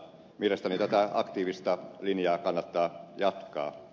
mielestäni tätä aktiivista linjaa kannattaa jatkaa